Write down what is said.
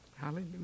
Hallelujah